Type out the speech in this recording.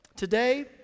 Today